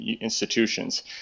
institutions